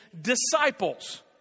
disciples